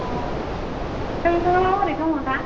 अ नोंथाङा माबोरै दङ दा